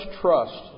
trust